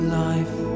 life